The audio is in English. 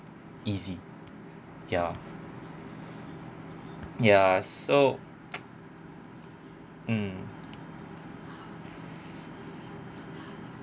easy ya ya so mm